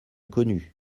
connu